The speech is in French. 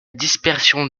dispersion